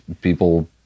people